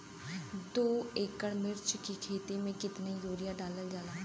दो एकड़ मिर्च की खेती में कितना यूरिया डालल जाला?